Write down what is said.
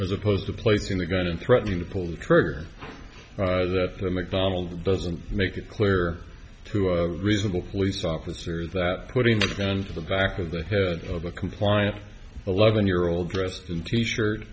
as opposed to placing the gun and threatening to pull the trigger that to mcdonald's doesn't make it clear to a reasonable police officers that putting a gun to the back of the head of a compliant eleven year old dripped into shirt